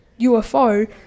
UFO